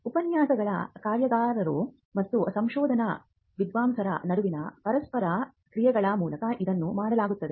ಉಪನ್ಯಾಸಗಳ ಕಾರ್ಯಾಗಾರಗಳು ಮತ್ತು ಸಂಶೋಧನಾ ವಿದ್ವಾಂಸರ ನಡುವಿನ ಪರಸ್ಪರ ಕ್ರಿಯೆಗಳ ಮೂಲಕ ಇದನ್ನು ಮಾಡಲಾಗುತ್ತದೆ